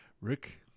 Rick